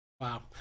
Wow